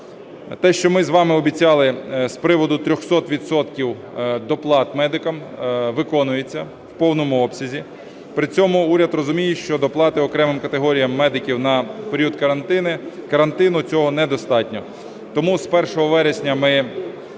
Те, що ми з вами обіцяли з приводу 300 відсотків доплат медикам, виконується у повному обсязі. При цьому уряд розуміє, що доплати окремим категоріям медикам на період карантину – цього недостатньо. Тому з 1 вересня ми